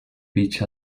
beach